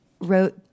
wrote